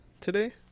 today